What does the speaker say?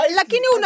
lakini